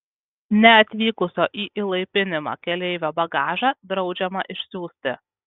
neatvykusio į įlaipinimą keleivio bagažą draudžiama išsiųsti